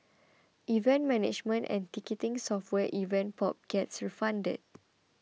event management and ticketing software Event Pop gets funded